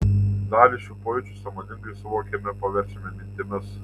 dalį šių pojūčių sąmoningai suvokiame paverčiame mintimis